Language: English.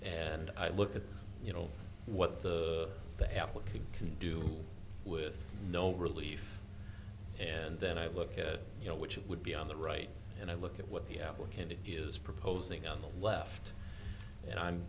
and i look at you know what the the applicant can do with no relief and then i look at you know which would be on the right and i look at what the applicant is proposing on the left and i'm